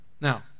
Now